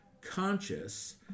conscious